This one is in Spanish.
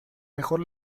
mejor